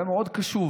היה מאוד קשוב